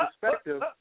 perspective